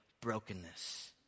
brokenness